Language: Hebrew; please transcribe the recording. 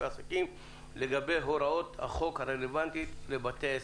עסקים לגבי הוראות החוק הרלוונטיות לבתי עסק.